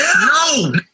no